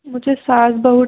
मुझे सास बहू